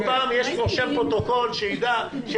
כל פעם יש רושם פרוטוקול, שידע.